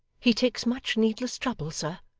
he takes much needless trouble, sir,